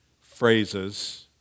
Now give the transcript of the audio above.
phrases